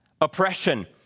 oppression